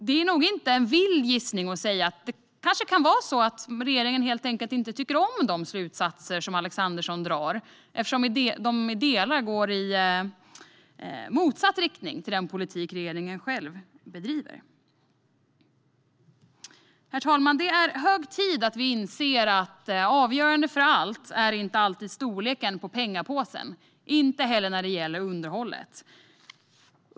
Det är nog inte en vild gissning, det kanske kan vara så, att regeringen helt enkelt inte tycker om de slutsatser som Alexandersson drar eftersom de i delar går i motsatt riktning till den politik regeringen själv bedriver. Herr talman! Det är hög tid att vi inser att storleken på pengapåsen inte är avgörande för allt - inte heller när det gäller järnvägsunderhållet.